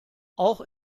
auch